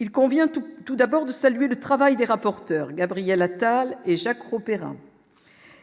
Il convient tout tout d'abord de saluer le travail des rapporteurs Gabriel Attal et Jacques Roux Perrin